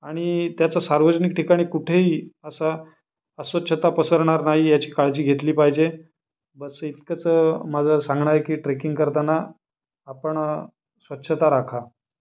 आणि त्याचं सार्वजनिक ठिकाणी कुठेही असा अस्वच्छता पसरणार नाही याची काळजी घेतली पाहिजे बस इतकंच माझं सांगणं आहे की ट्रेकिंग करताना आपण स्वच्छता राखा